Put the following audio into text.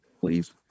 please